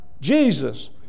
Jesus